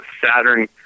Saturn